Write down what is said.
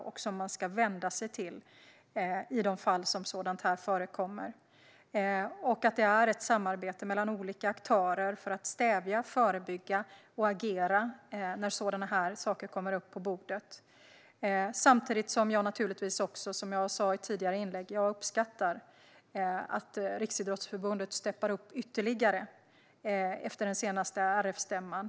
Det är till dem man ska vända sig i de fall då sådant här förekommer. Det finns ett samarbete mellan olika aktörer för att stävja, förebygga och agera när saker som dessa kommer upp på bordet. Samtidigt uppskattar jag, vilket jag sa tidigare, att Riksidrottsförbundet steppar upp ytterligare efter den senaste RF-stämman.